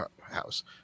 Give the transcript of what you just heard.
House